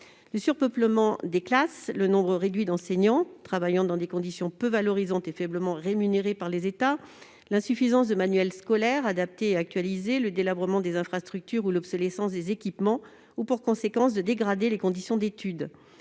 Le surpeuplement des classes, le nombre réduit d'enseignants travaillant dans des conditions peu valorisantes et faiblement rémunérés par les États, l'insuffisance de manuels scolaires adaptés et actualisés, le délabrement des infrastructures ou l'obsolescence des équipements ont pour conséquence de dégrader les conditions d'études.